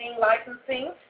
licensing